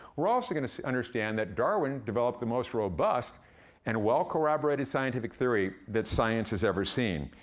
we're also gonna understand that darwin developed the most robust and well-corroborated scientific theory that science has ever seen.